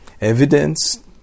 evidence